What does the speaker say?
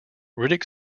riddick